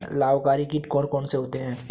लाभकारी कीट कौन कौन से होते हैं?